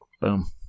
Boom